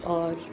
और